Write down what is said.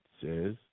says